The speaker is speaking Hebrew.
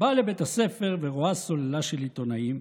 באה לבית הספר ורואה סוללה של עיתונאים,